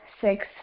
six